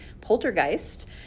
Poltergeist